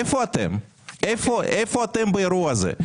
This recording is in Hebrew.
איפה אתם באירוע הזה?